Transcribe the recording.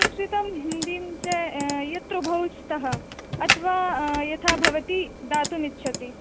संस्कृतं हिन्दी च यत्र द्वौ स्तः अथवा यथा भवती दातुम् इच्छति